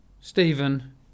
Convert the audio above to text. Stephen